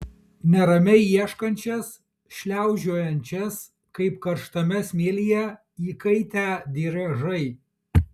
neramiai ieškančias šliaužiojančias kaip karštame smėlyje įkaitę driežai